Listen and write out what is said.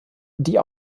die